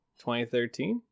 2013